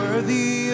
Worthy